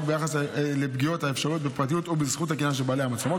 ביחס לפגיעות האפשריות בפרטיות או בזכות הקניין של בעלי המצלמות.